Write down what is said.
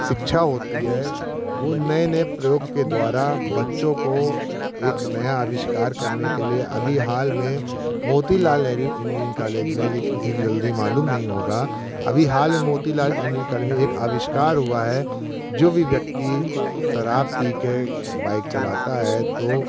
शिक्षा होती है वह नए नए प्रयोग के द्वारा बच्चों को एक नया आविष्कार करने के लिए अभी हाल में मोतीलाल नेहरू इंजीनियरिंग कालेज में ये किसी से जल्दी मालूम नहीं होगा अभी हाल में मोतीलाल इंजीनियरिंग कालेज में एक आविष्कार हुआ है जो भी व्यक्ति शराब पी कर बाइक चलाता है तो